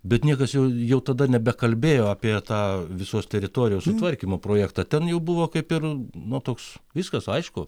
bet niekas jau tada nebekalbėjo apie tą visos teritorijos sutvarkymo projektą ten jau buvo kaip ir nu toks viskas aišku